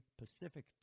Pacific